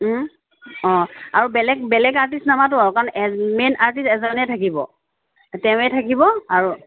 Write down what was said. অ আৰু বেলেগ বেলেগ আৰ্টিষ্ট নামাতোঁ আৰু কাৰণ মেইন আৰ্টিষ্ট এজনে থাকিব তেওঁৱেই থাকিব আৰু